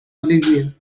olivia